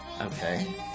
Okay